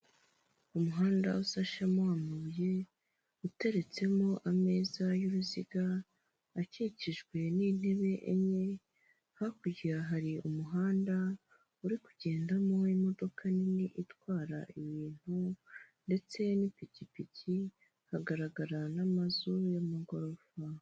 Umuhanda usashemo amabuye, uteretsemo ameza y'uruziga, akikijwe n'intebe enye, hakurya hari umuhanda uri kugendamo imodoka nini itwara ibintu, ndetse n'ipikipiki, hagaragara n'amazu y'amagorofa.